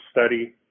study